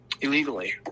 illegally